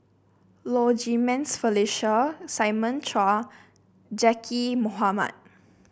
Low Jimenez Felicia Simon Chua Zaqy Mohamad